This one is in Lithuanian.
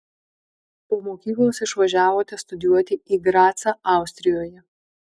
po mokyklos išvažiavote studijuoti į gracą austrijoje